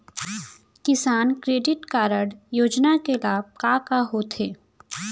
किसान credit card योजना के लाभ का का होथे?